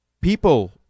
people